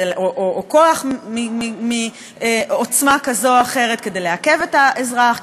כוח בעוצמה כזו או אחרת כדי לעכב את האזרח,